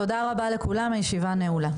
תודה רבה לכולם, הישיבה נעולה.